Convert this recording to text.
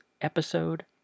episode